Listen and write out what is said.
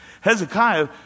Hezekiah